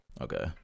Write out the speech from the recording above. okay